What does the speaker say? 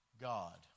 God